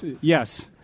Yes